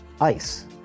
ice